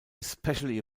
especially